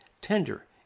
tender